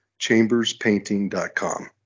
ChambersPainting.com